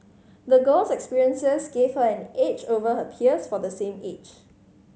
the girl's experiences gave her an edge over her peers for the same age